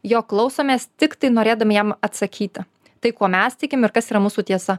jo klausomės tiktai norėdami jam atsakyti tai kuo mes tikim ir kas yra mūsų tiesa